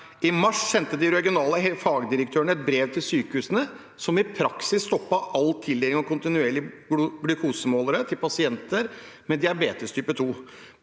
fagdirektørene i de regionale helseforetakene et brev til sykehusene som i praksis stoppet all tildeling av kontinuerlig glukosemåler til pasienter med diabetes type 2.